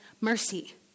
mercy